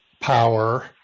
power